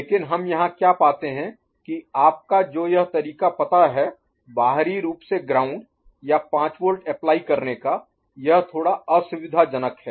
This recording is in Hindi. लेकिन हम यहां क्या पाते हैं कि आप को जो यह तरीका पता है बाहरी रूप से ग्राउंड या 5 वोल्ट अप्लाई करने का यह थोड़ा असुविधाजनक है